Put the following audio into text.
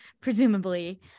Presumably